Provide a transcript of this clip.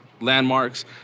landmarks